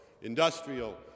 industrial